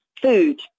food